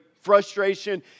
frustration